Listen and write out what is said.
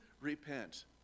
repent